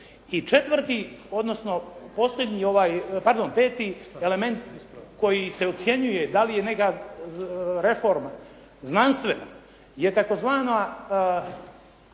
I četvrti, odnosno posljednji ovaj, pardon peti element koji se ocjenjuje da li je neka reforma znanstvena je tzv.